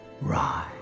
Rise